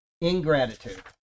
Ingratitude